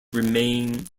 remains